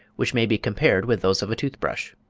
which may be compared with those of a tooth-brush.